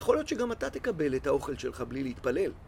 יכול להיות שגם אתה תקבל את האוכל שלך בלי להתפלל.